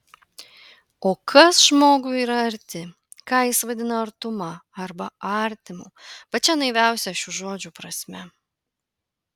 o kas žmogui yra arti ką jis vadina artuma arba artimu pačia naiviausia šių žodžių prasme